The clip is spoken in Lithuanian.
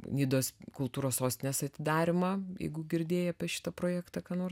nidos kultūros sostinės atidarymą jeigu girdėjai apie šitą projektą ką nors